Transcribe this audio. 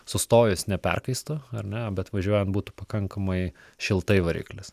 sustojus neperkaistų ar ne bet važiuojant būtų pakankamai šiltai variklis